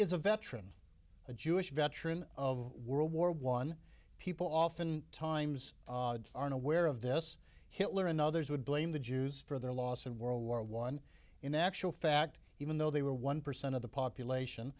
is a veteran a jewish veteran of world war one people often times aren't aware of this hitler and others would blame the jews for their loss in world war one in actual fact even though they were one percent of the population